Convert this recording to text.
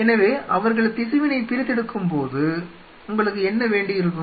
எனவே அவர்கள் திசுவினைப் பிரிதத்தெடுக்கும்போது உங்களுக்கு என்ன வேண்டியிருக்கும்